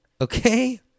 Okay